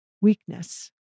weakness